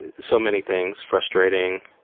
so many things frustrating,